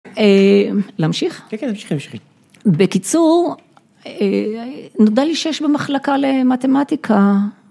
‫להמשיך? ‫-כן, כן, תמשיכי, תמשיכי. ‫בקיצור, נודע לי שיש במחלקה ‫למתמטיקה...